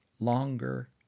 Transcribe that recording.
Longer